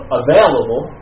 available